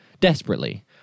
desperately